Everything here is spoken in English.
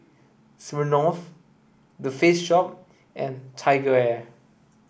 Smirnoff The Face Shop and TigerAir